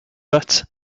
but